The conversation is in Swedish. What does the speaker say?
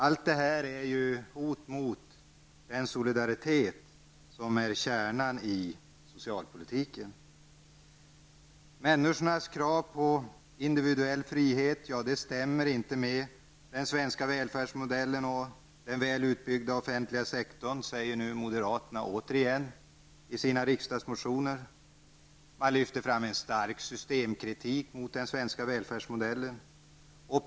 Allt detta är ett hot mot den solidaritet som är kärnan i socialpolitiken. Människornas krav på individuell frihet stämmer inte med den svenska välfärdsmodellen och den väl utbyggda offentliga sektorn, säger nu moderaterna återigen i sina riksdagsmotioner. Man har en kraftig systemkritik mot den svenska välfärdsmodellen.